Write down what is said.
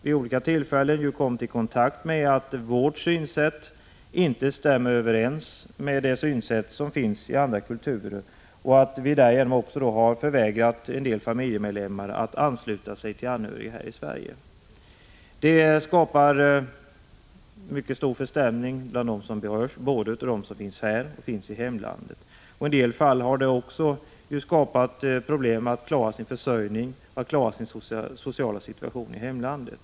Vid flera tillfällen har vi sett att vårt synsätt inte överensstämmer med synsätten i andra kulturer, och därmed har vi förvägrat vissa familjemedlemmar att ansluta sig till sina anhöriga i Sverige. Det skapar stor förstämning bland dem som berörs, både här och i hemlandet. I en del fall har det också medfört problem för människor att klara sin försörjning och sin sociala situation i hemlandet.